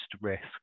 risk